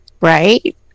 Right